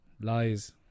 lies